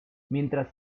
mientras